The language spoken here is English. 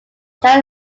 town